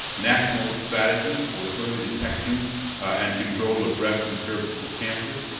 national strategy for early detection and control of breast and cervical cancer,